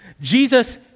Jesus